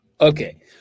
okay